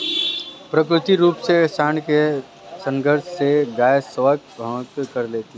प्राकृतिक रूप से साँड के संसर्ग से गायें स्वतः गर्भधारण कर लेती हैं